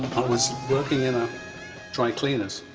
was working in a dry cleaners,